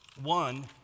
one